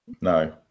No